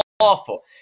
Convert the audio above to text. awful